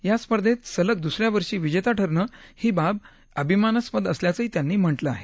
या स्पर्धेत सलग दुसऱ्या वर्षी विजेता ठरणं ही बाब अभिमानास्पद असल्याचंही त्यांनी म्हटलं आहे